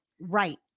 Right